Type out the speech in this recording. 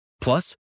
Plus